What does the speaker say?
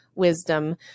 wisdom